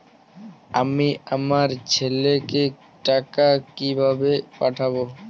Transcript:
আমি আমার ছেলেকে টাকা কিভাবে পাঠাব?